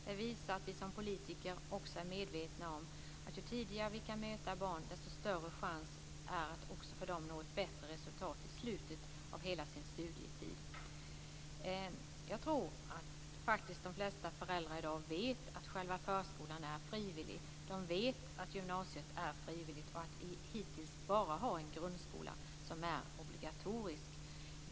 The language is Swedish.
Det visar att vi som politiker också är medvetna om att ju tidigare vi kan möta barn, desto större chans har de att i slutet av sin studietid nå ett bättre resultat. Jag tror faktiskt att de flesta föräldrar i dag vet att förskolan är frivillig. De vet att gymnasiet är frivilligt och att vi hittills bara har en grundskola som är obligatorisk.